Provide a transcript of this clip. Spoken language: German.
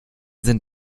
sind